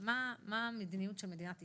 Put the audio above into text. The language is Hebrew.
מה המדיניות של מדינת ישראל: